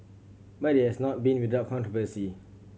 but it has not been without controversy